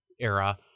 era